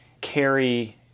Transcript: carry